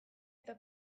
eta